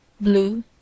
blue